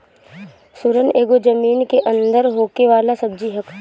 सुरन एगो जमीन के अंदर होखे वाला सब्जी हअ